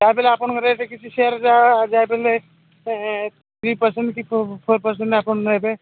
ଯାହାବି ହେଲେ ଆପଣଙ୍କ ରେଟ କିଛି ସେୟାର ଯାହା ଯାହା ବି ହେଲେ ଥ୍ରୀ ପରସେଣ୍ଟ କି ଫୋର୍ ପରସେଣ୍ଟ ଆପଣ ନେବେ